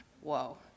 whoa